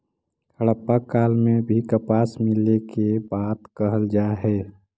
हड़प्पा काल में भी कपास मिले के बात कहल जा हई